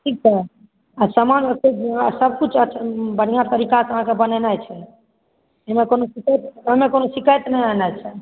ठीक छै आओर सामानसब किछु बढ़िआँ तरीक़ाके अहाँके बनेनाए छै एहिमे कोनो शिकायत नहि आना छै